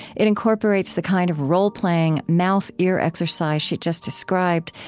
it incorporates the kind of role-playing mouth-ear exercise she just described,